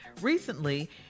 Recently